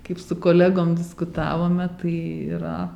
kaip su kolegom diskutavome tai yra